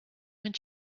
when